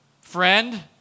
friend